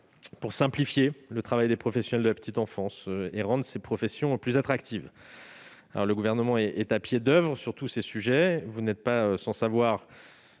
pour simplifier le travail des professionnels de la petite enfance et rendre les professions concernées plus attractives. Le Gouvernement est à pied d'oeuvre sur tous ces sujets. Vous n'êtes pas sans savoir,